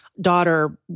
daughter